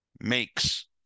makes